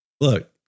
Look